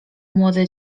młode